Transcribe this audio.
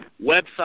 Website